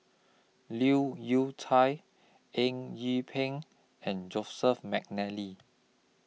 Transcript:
Leu Yew Chye Eng Yee Peng and Joseph Mcnally